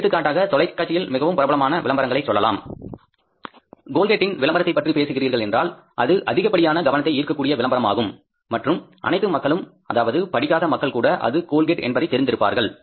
எடுத்துக்காட்டாக தொலைக்காட்சியில் மிகவும் பிரபலமான விளம்பரங்களை சொல்லலாம் கோல்கேட் இன் விளம்பரத்தைப் பற்றி பேசுகிறீர்கள் என்றால் அது அதிகப்படியான கவனத்தை ஈர்க்கக்கூடிய விளம்பரம் ஆகும் மற்றும் அனைத்து மக்களும் அதாவது படிக்காத மக்கள் கூட அது கோல்கேட் என்பதை தெரிந்து இருப்பார்கள்